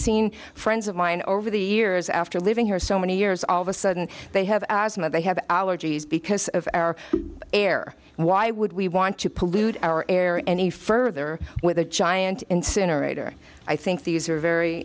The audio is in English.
seen friends of mine over the years after living here so many years all of a sudden they have asthma they have allergies because of our air why would we want to pollute our air any further with a giant incinerator i think these are very